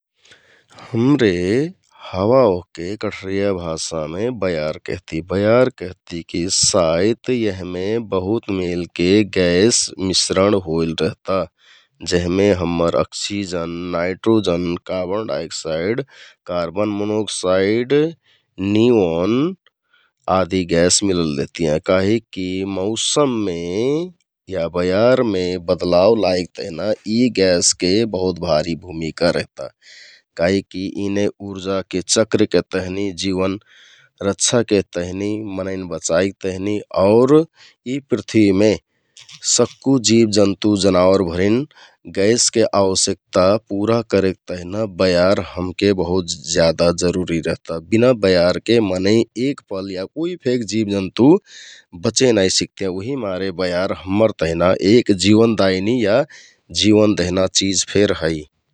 हमरे हावा वहके कठरिया भाषामे बयार केहति, बयार कहति की साइत यहमे बहुत मेलके गैस मिश्रण होइल रेहता जेहमें हम्मर oxygen, nitrogen, carbon dioxide, carbon monoxide, neon आदि गैस मिलल रेहतियाँ । काहिककि मौसममे या बयार में बदलाव लाइक तेहना ई गैसके बहुत भारि भुमिका रेहता । काहिक की ईने उर्जाके चक्रके तहनि, जीवन रक्षा के तहनि, मनैन बचाइक तहनि और ई पृथ्वीमें सक्कु जीवजन्तु जनावर भरिन गैसके आवश्यकता पुरा करेक तेहना बयार हमके बहुत ज्यादा जरुरि रेहता । बिना बयारके मनै एकपल या कुइ फेक जीबजन्तु बचे नाँई सिकतियाँ उहि मारे बयार हम्मर तहिमा एक जीवनदायीनी या जीवन देहना चिझ फेर है ।